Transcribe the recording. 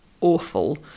awful